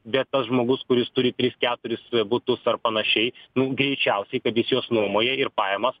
bet tas žmogus kuris turi tris keturis butus ar panašiai greičiausiai kad jis juos nuomoja ir pajamas